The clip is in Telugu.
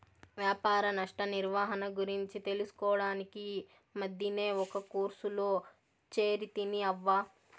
వ్యాపార నష్ట నిర్వహణ గురించి తెలుసుకోడానికి ఈ మద్దినే ఒక కోర్సులో చేరితిని అవ్వా